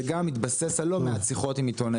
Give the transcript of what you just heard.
זה גם התבסס על לא מעט שיחות עם עיתונאים